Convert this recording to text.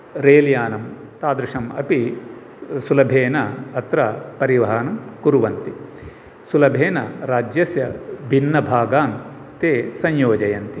rail यानं तादृशम् अपि सुलभेन अत्र परिवहनं कुर्वन्ति सुलभेन राज्यस्य भिन्नभागान् ते संयोजयन्ति